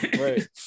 right